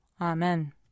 Amen